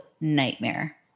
nightmare